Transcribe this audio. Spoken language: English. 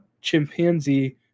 Chimpanzee